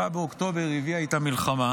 7 באוקטובר הביא את המלחמה,